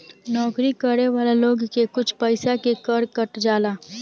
नौकरी करे वाला लोग के कुछ पइसा के कर कट जाला